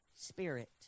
Spirit